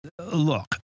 Look